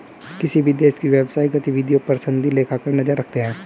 किसी भी देश की व्यवसायिक गतिविधियों पर सनदी लेखाकार नजर रखते हैं